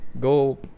go